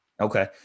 Okay